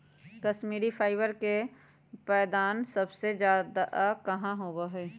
Kashmiri fibre के उत्पादन सबसे ज्यादा कहाँ होबा हई?